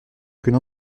qu’une